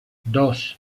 dos